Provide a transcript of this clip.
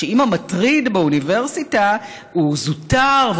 שאם המטריד באוניברסיטה הוא זוטר,